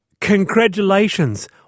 congratulations